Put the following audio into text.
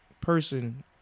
person